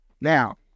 Now